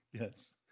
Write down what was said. Yes